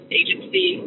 agency